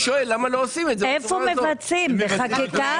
בחקיקה?